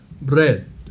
bread